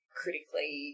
critically